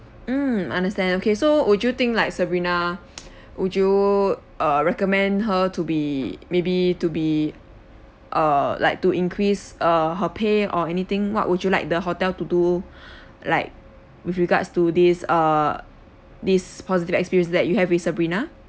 mm understand okay so would you think like sabrina would you err recommend her to be maybe to be err like to increase uh her pay or anything what would you like the hotel to do like with regards to this err this positive experience that you have with sabrina